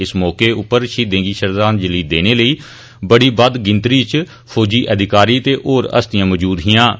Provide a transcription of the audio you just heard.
इस मौके उप्पर शहीदें गी श्रद्वांजलि देने लेई बड़ी बद्ध गिनतरी च फौजी अधिकारी ते होर हस्तियां मौजूद हिआं